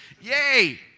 Yay